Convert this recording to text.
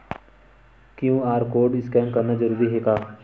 QR code scan करना जरूरी हे का?